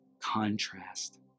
contrast